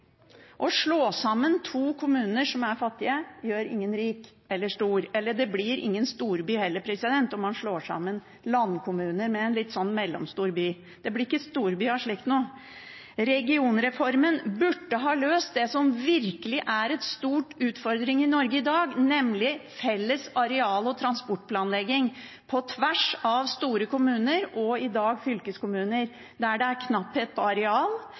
Å slå sammen to kommuner som er fattige, gjør ingen rik eller stor. Det blir heller ingen storby om man slår sammen landkommuner med en mellomstor by – det blir ikke storby av slikt noe. Regionreformen burde ha løst det som virkelig er en stor utfordring i Norge i dag, nemlig felles areal- og transportplanlegging på tvers av store kommuner og i dag fylkeskommuner, der det er knapphet på areal,